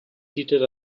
seated